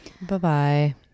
Bye-bye